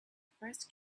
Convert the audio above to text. first